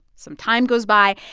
some time goes by,